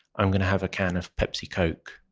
i'm going to have a can of pepsi-coke.